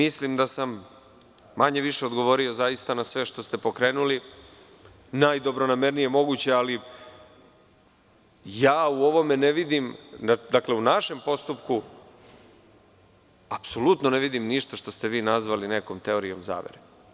Mislim da sam, manje – više, odgovorio zaista na sve što ste pokrenuli, najdobronamernije moguće, ali u ovome ne vidim, dakle u našem postupku, apsolutno ništa što ste vi nazvali nekom teorijom zavere.